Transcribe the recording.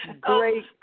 great